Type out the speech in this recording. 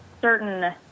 certain